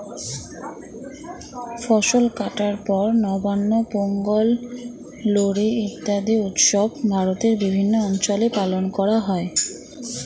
ফসল কাটার পর নবান্ন, পোঙ্গল, লোরী ইত্যাদি উৎসব ভারতের বিভিন্ন অঞ্চলে পালন করা হয়